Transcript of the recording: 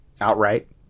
Outright